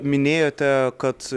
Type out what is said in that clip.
minėjote kad